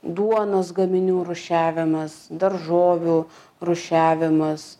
duonos gaminių rūšiavimas daržovių rūšiavimas